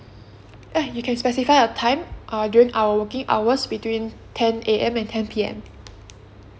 ya you can specify your time uh during our working hours between ten A_M and ten P_M